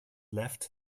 left